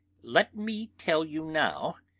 let me tell you now,